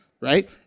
Right